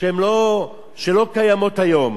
שלא קיימות היום.